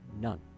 none